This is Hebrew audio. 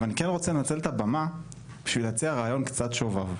אבל אני כן רוצה לנצל את הבמה בשביל להציע רעיון קצת שובב.